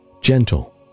gentle